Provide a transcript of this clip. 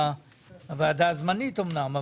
הוועדה הזמנית אומנם,